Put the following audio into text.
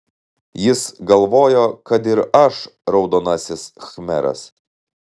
jis galvojo kad ir aš raudonasis khmeras